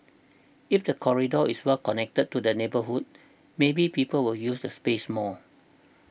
if the corridor is well connected to the neighbourhood maybe people will use the space more